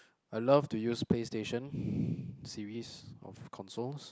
I love to use PlayStation series of consoles